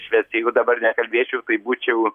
švęs jeigu dabar nekalbėčiau tai būčiau